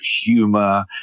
humor